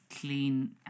clean